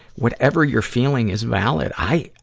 whatever you're feeling is valid. i,